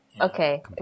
Okay